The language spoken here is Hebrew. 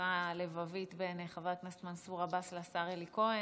השיחה הלבבית בין חבר הכנסת מנסור עבאס לשר אלי כהן.